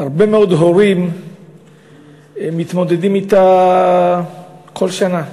והרבה מאוד הורים מתמודדים אתה כל שנה.